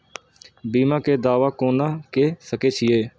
बीमा के दावा कोना के सके छिऐ?